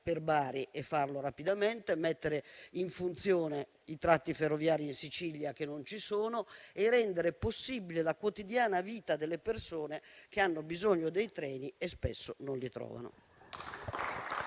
per Bari e farlo rapidamente, oltre a mettere in funzione i tratti ferroviari in Sicilia, che non ci sono, e a rendere possibile la vita quotidiana delle persone che hanno bisogno dei treni e spesso non li trovano.